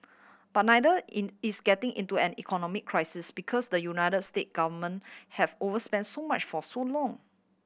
but neither in is getting into an economic crisis because the United States government have overspent so much for so long